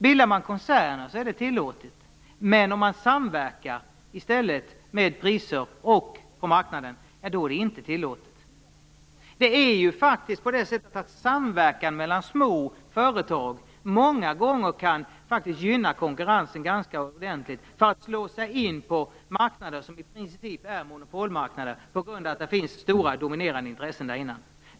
Bildar man en koncern är det också tillåtet, men om man samverkar i stället med priser och på marknaden är det inte tillåtet. Det är ju faktiskt så att samverkan mellan små företag många gånger faktiskt kan gynna konkurrens ganska ordentligt eftersom de kan slå sig in på marknader som i princip är monopolmarknader på grund av att det finns stora dominerande intressen där tidigare.